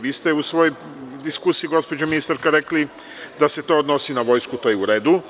Vi ste u svojoj diskusiji, gospođo ministarka, rekli da se to odnosi na vojsku i to je u redu.